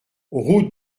route